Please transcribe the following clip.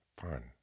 fun